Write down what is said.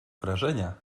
wrażenia